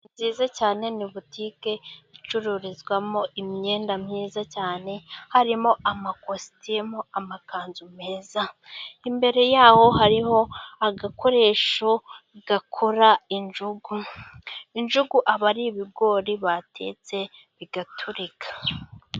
Inzu nziza cyane, ni butike icururizwamo imyenda myiza cyane, harimo amakositimu, amakanzu meza, imbere yaho hariho agakoresho gakora injugu, injugu abari ibigori batetse bigaturika.